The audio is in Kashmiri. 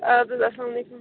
ادٕ حَظ اسلامُ علیکُم